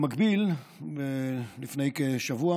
במקביל, לפני כשבוע